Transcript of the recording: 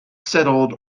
settled